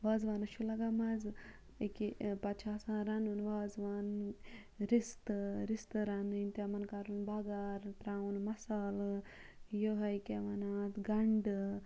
وازوانَس چھُ لَگان مَزٕ أکیٛاہ پَتہٕ چھِ آسان رَنُن وازوان رِستہٕ رِستہٕ رَنٕنۍ تِمَن کَرُن بغارٕ ترٛاوُن مَصالہٕ یوٚہَے کیٛاہ وَنان اَتھ گَنٛڈٕ